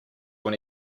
when